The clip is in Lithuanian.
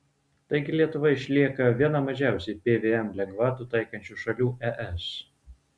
taigi lietuva išlieka viena mažiausiai pvm lengvatų taikančių šalių es